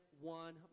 one